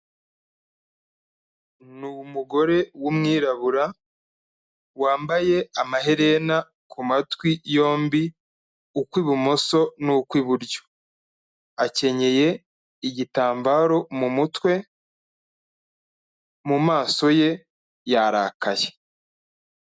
Ni umugore w'umwirabura wambaye amaherena kumatwi yombi ukw'ibumoso n'ukw'iburyo, akenyeye igitambaro mumutwe mumaso ye yarakaye.